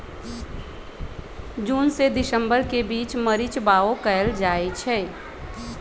जून से दिसंबर के बीच मरीच बाओ कएल जाइछइ